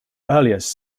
earliest